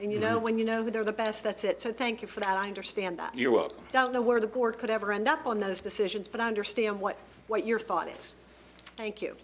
and you know when you know they're the best that's it so thank you for that i understand that you up don't know where the board could ever end up on those decisions but i understand what what your th